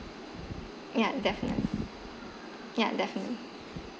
ya definitely ya definitely